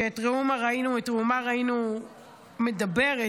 שאת ראומה ראינו מדברת,